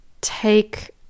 take